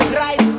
right